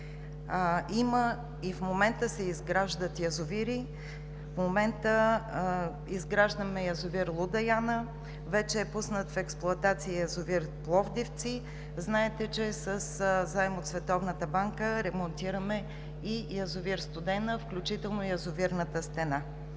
Има, и в момента се изграждат язовири – язовир „Луда Яна“, вече е пуснат в експлоатация язовир „Пловдивци“. Знаете, че със заем от Световната банка ремонтираме и язовир „Студена“, включително и язовирната стена.